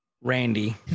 Randy